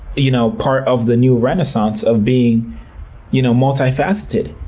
you know, part of the new renaissance of being you know multifaceted.